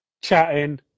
chatting